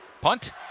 punt